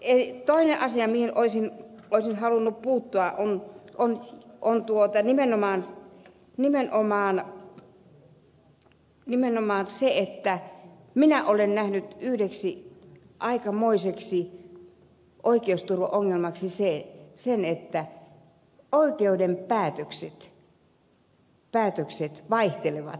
toinen asia mihin olisin halunnut puuttua on nimenomaan se että minä olen nähnyt yhdeksi aikamoiseksi oikeusturvaongelmaksi sen että oikeuden päätökset vaihtelevat